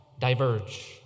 diverge